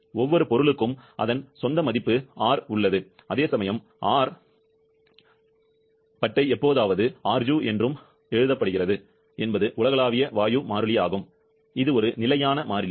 ஒவ்வொரு பொருளுக்கும் அதன் சொந்த மதிப்பு R உள்ளது அதேசமயம் R பட்டை எப்போதாவது Ru என்றும் எழுதப்படுகிறது என்பது உலகளாவிய வாயு மாறிலி இது ஒரு நிலையான மாறிலி